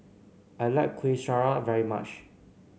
I like Kueh Syara very much